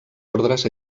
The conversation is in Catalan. ordres